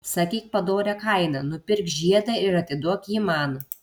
sakyk padorią kainą nupirk žiedą ir atiduok jį man